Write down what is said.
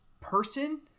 person